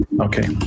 okay